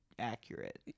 accurate